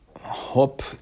hop